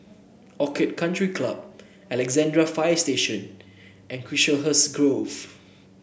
Orchid Country Club Alexandra Fire Station and Chiselhurst Grove